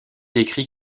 écrit